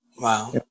Wow